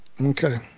Okay